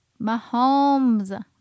Mahomes